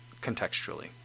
contextually